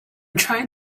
trying